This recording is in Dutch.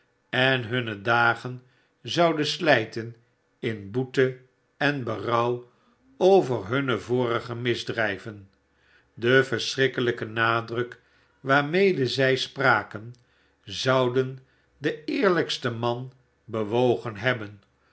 en hunne dagen zouden slijten in boete en berouw over hunne vorige misdrijven de verschrikkelijke nadruk waarmede zij spraken zouden den eerlijksten man bewogen hebben